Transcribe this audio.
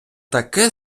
таке